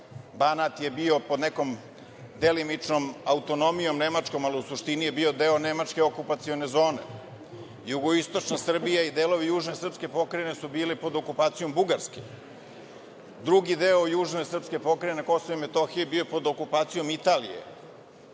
Banat je bio pod nekom delimičnom autonomijom Nemačkom, ali u suštini je bio deo nemačke okupacione zone. Jugoistočna Srbija i delovi južne srpske pokrajine su bili pod okupacijom Bugarske. Drugi deo južne srpske pokrajine KiM bio je pod okupacijom Italije.